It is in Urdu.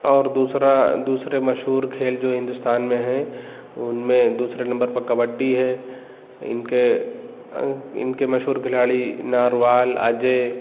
اور دوسرا دوسرے مشہور کھیل جو ہندوستان میں ہیں ان میں دوسرے نمبر پر کبڈی ہے ان کے ان کے مشہور کھلاڑی ناروال اجے